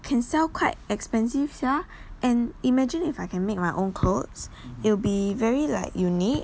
can sell quite expensive sia and imagine if I can make my own clothes it'll be very like unique and